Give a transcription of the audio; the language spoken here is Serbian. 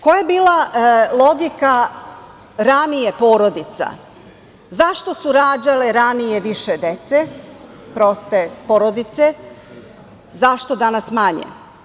Koja je bila logika ranije porodica, zašto su ranije rađali više dece, proste porodice, a zašto danas manje?